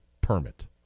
permit